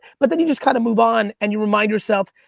but then you just kinda move on and you remind yourself,